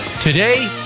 Today